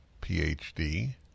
Ph.D